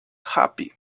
happy